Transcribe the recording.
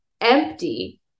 empty